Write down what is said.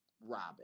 robin